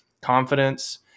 confidence